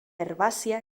herbàcia